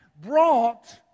brought